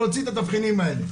להוציא את התבחינים האלה.